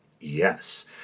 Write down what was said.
Yes